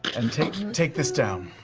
and take take this down.